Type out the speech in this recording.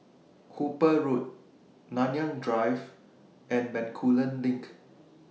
Hooper Road Nanyang Drive and Bencoolen LINK